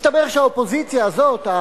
מסתבר שהאופוזיציה הזאת,